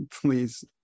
please